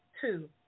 Two